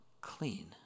clean